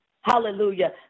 Hallelujah